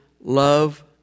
love